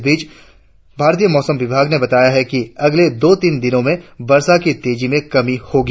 इस बीच भारतीय मौसम विभाग ने बताया है कि अगले दो तीन दिन में वर्षा की तेजी में कमी होगी